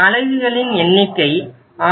அலகுகளின் எண்ணிக்கை 6